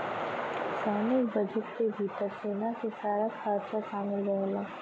सैनिक बजट के भितर सेना के सारा खरचा शामिल रहेला